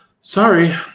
Sorry